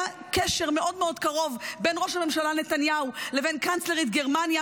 היה קשר מאוד מאוד קרוב בין ראש הממשלה נתניהו לבין קנצלרית גרמניה.